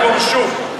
איך גורשו.